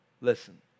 Listen